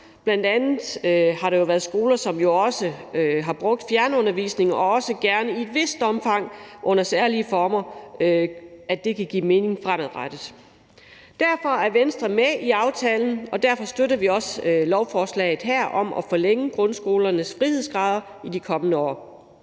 dem. Der har bl.a. været skoler, der har brugt fjernundervisning, og det vil under visse særlige former også fremadrettet give mening for dem. Derfor er Venstre med i aftalen, og derfor støtter vi også lovforslaget om at forlænge grundskolernes frihedsgrader i de kommende år.